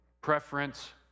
preference